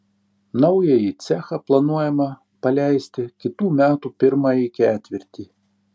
naująjį cechą planuojama paleisti kitų metų pirmąjį ketvirtį